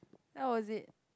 how was it